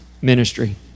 ministry